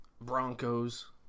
Broncos